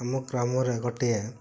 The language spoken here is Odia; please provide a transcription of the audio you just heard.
ଆମ ଗ୍ରାମରେ ଗୋଟିଏ